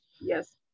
Yes